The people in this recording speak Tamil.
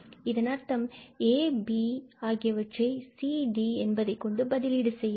இதன் அர்த்தம் a and b ஆகியவற்றை c and d என்பதை கொண்டு பதிலீடு செய்ய வேண்டும்